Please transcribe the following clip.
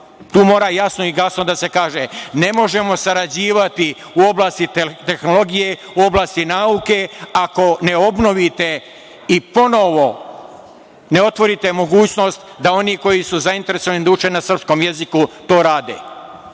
Tu mora jasno i glasno da se kaže ne možemo sarađivati u oblasti tehnologije, u oblasti nauke, ako ne obnovite i ponovo, ne otvorite mogućnost da oni koji su zainteresovani da uče na srpskom jeziku to